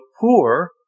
poor